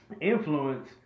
influence